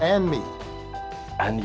and me and